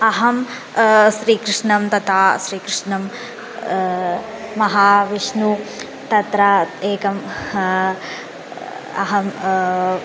अहं श्रीकृष्णं तथा श्रीकृष्णं महाविष्णुं तत्र एकं अहं